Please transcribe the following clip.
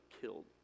killed